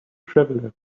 travelers